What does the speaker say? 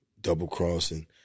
double-crossing